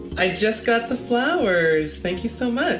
i just got the flowers, thank you so